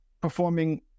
performing